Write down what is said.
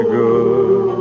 good